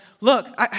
look